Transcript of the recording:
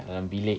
kat dalam bilik